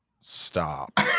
Stop